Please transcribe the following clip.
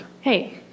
Hey